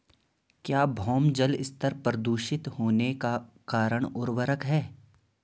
क्या भौम जल स्तर प्रदूषित होने का कारण उर्वरक है?